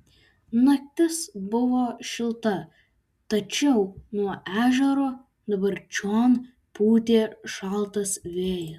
naktis buvo šilta tačiau nuo ežero dabar čion pūtė šaltas vėjas